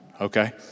okay